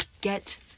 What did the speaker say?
get